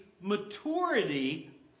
maturity